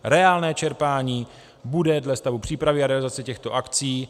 Reálné čerpání bude dle stavu přípravy a realizace těchto akcí.